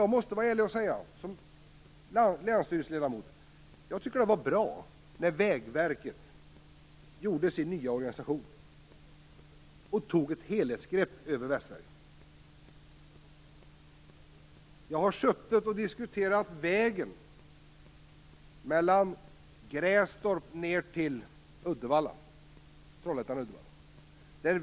Jag måste som länsstyrelseledamot ärligt säga att jag tyckte att det var bra att Vägverket genomförde sin nya organisation, där man tog ett helhetsgrepp över Västsverige. Jag har varit med om att diskutera vägen mellan Grästorp och Trollhättan/Uddevalla.